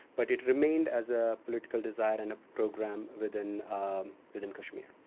but it remained as a political desire and a program within within kashmir.